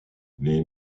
les